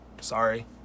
Sorry